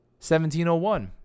1701